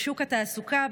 בשוק התעסוקה,